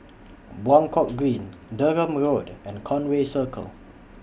Buangkok Green Durham Road and Conway Circle